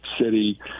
city